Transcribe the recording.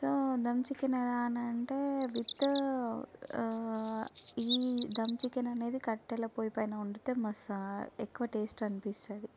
so dum chicken అని అంటే with ఈ దమ్ చికెన్ అనేది కట్టెల పొయ్యి పైన వండితే మస్త్ ఎక్కువ టెస్ట్ అనిపిస్తుంది